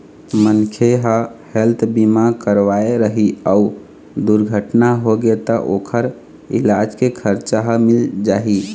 मनखे ह हेल्थ बीमा करवाए रही अउ दुरघटना होगे त ओखर इलाज के खरचा ह मिल जाही